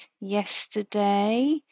yesterday